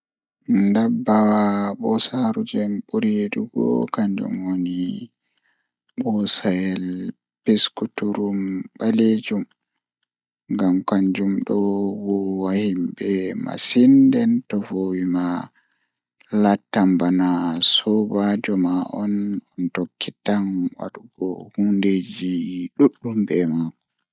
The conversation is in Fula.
Ndabbawa boosaru jei mi buri yiduki kanjum bosayel peskuturum baleejum ngam kanjum do don voowa himbe masin nden to voowi ma lattan bana sobaajo ma on tokkan wodugo hunndeeji duddum be makko.